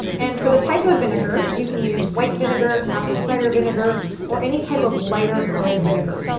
and for the type of vinegar you can use white vinegar, apple cider vinegar or any type of lighter colored vinegar.